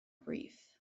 brief